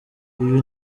ibi